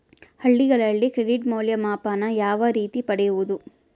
ಹಳ್ಳಿಗಳಲ್ಲಿ ಕ್ರೆಡಿಟ್ ಮೌಲ್ಯಮಾಪನ ಯಾವ ರೇತಿ ಪಡೆಯುವುದು?